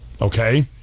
okay